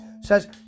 Says